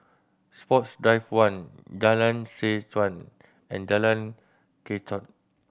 Sports Drive One Jalan Seh Chuan and Jalan Kechot